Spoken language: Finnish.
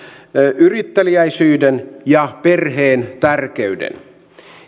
yritteliäisyyden ja perheen tärkeyden